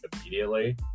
immediately